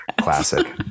Classic